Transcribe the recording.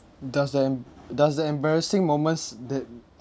does the em~ does the embarrassing moments